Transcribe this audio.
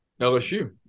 LSU